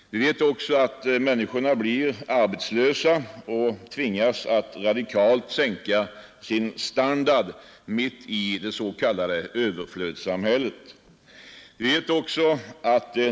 Vi vet också att människor blir arbetslösa och tvingas att radikalt sänka sin standard mitt i det s.k. överflödssamhället.